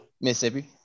Mississippi